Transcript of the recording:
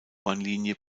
bahnlinie